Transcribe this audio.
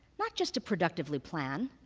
not just to productively plan,